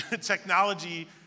Technology